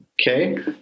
Okay